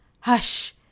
Hush